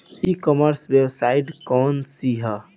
ई commerce website कौन सी है?